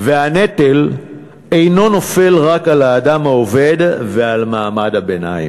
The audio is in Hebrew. והנטל אינו נופל רק על האדם העובד ועל מעמד הביניים.